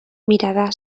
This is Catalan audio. mirada